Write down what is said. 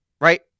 right